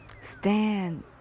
Stand